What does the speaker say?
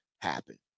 happen